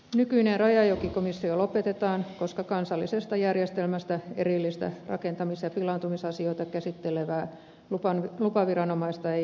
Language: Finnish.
nykyinen rajajokikomissio lopetetaan koska kansallisesta järjestelmästä erillistä rakentamis ja pilaantumisasioita käsittelevää lupaviranomaista ei enää tarvita